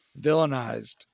villainized